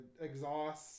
exhaust